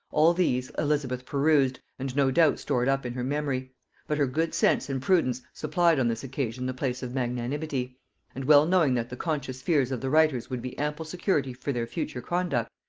all these elizabeth perused, and no doubt stored up in her memory but her good sense and prudence supplied on this occasion the place of magnanimity and well knowing that the conscious fears of the writers would be ample security for their future conduct,